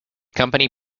company